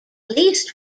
least